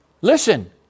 Listen